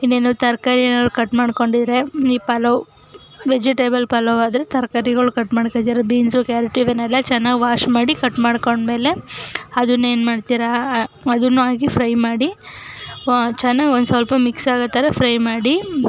ಇನ್ನೇನು ತರಕಾರಿ ಏನಾದ್ರೂ ಕಟ್ ಮಾಡಿಕೊಂಡಿದ್ರೆ ಈ ಪಲಾವು ವೆಜಿಟೇಬಲ್ ಪಲಾವಾದರೆ ತರಕಾರಿಗಳು ಕಟ್ ಮಾಡಿಕೊಂಡಿರೋ ಬೀನ್ಸ್ ಕ್ಯಾರೆಟು ಇವನ್ನೆಲ್ಲ ಚೆನ್ನಾಗಿ ವಾಶ್ ಮಾಡಿ ಕಟ್ ಮಾಡಿಕೊಂಡ್ಮೇಲೆ ಅದನ್ನು ಏನು ಮಾಡ್ತೀರಾ ಆ ಅದನ್ನು ಹಾಕಿ ಫ್ರೈ ಮಾಡಿ ವ ಚೆನ್ನಾಗಿ ಒಂದು ಸ್ವಲ್ಪ ಮಿಕ್ಸಾಗೋ ಥರ ಫ್ರೈ ಮಾಡಿ